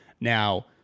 Now